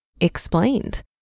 explained